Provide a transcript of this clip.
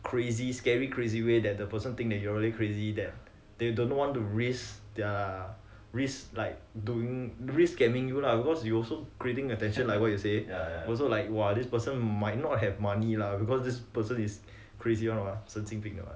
crazy scary crazy way that the person think that you are really crazy than they don't want to raise their risk like doing risk scamming you lah cause you also creating attention like what you say also like !wah! this person might not have money lah because this person is crazy one what 神经病的 what